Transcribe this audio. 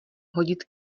hodit